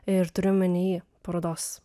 ir turiu omeny parodos